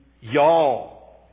Y'all